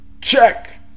Check